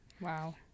Wow